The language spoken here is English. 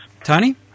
Tony